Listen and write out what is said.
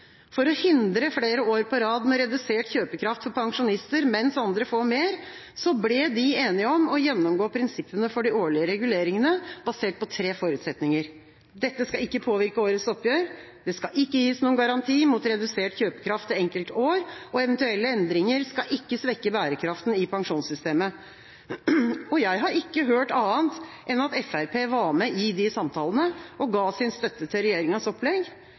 For å hindre flere år på rad med redusert kjøpekraft for pensjonister, mens andre får mer, ble de enige om å gjennomgå prinsippene for de årlige reguleringene, basert på tre forutsetninger: Dette skal ikke påvirke årets oppgjør. Det skal ikke gis noen garanti mot redusert kjøpekraft det enkelte år, og eventuelle endringer skal ikke svekke bærekraften i pensjonssystemet. Jeg har ikke hørt annet enn at Fremskrittspartiet var med i de samtalene og ga sin støtte til regjeringas opplegg.